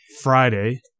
Friday